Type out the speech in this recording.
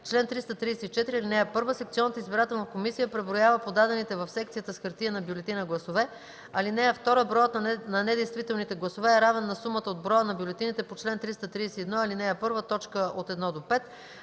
Чл. 334. (1) Секционната избирателна комисия преброява подадените в секцията с хартиена бюлетина гласове. (2) Броят на недействителните гласове е равен на сумата от броя на бюлетините по чл. 333, ал. 1, т. 1-5.